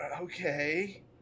Okay